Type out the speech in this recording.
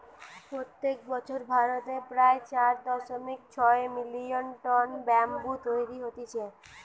প্রত্যেক বছর ভারতে প্রায় চার দশমিক ছয় মিলিয়ন টন ব্যাম্বু তৈরী হতিছে